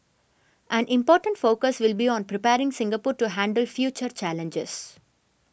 an important focus will be on preparing Singapore to handle future challenges